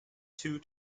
two